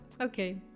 Okay